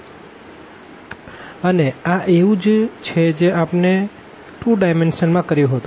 અને આ એવું જ છે જે આપણે 2 ડાયમેનશનલ માં કર્યું હતું